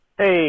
Hey